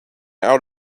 out